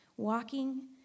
walking